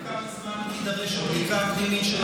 כמה זמן יידרש לבדיקה הפנימית שלכם?